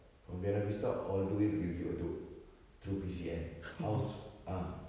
from buona vista all the way pergi bukit batok how's ah